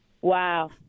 Wow